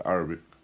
Arabic